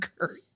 curry